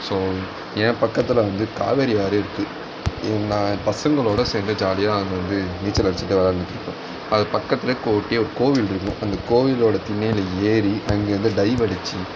so என் பக்கத்தில் வந்து காவேரி ஆறு இருக்குது நான் பசங்களோட சேர்ந்து ஜாலியாக அங்கே வந்து நீச்சல் அடித்துக்கிட்டு விளையாண்டுட்டு இருப்பேன் அது பக்கத்தில் கோயில் இருக்கும் அந்த கோயிலோடு திண்ணையில் ஏறி அங்கேருந்து டைவடித்து